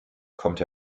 kommt